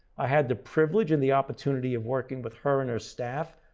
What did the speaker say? i had the privilege and the opportunity of working with her and her staff,